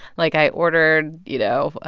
like, i ordered, you know,